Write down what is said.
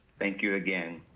thank you again.